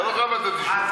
אתה לא חייב לתת אישור.